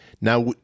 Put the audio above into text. Now